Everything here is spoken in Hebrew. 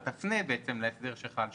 אתה תפנה אל ההסדר שחל שם.